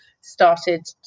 started